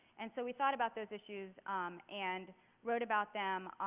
and so we thought about those issues and wrote about them,